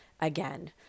again